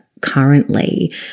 currently